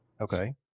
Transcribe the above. Okay